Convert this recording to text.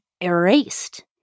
erased